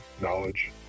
Knowledge